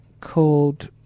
called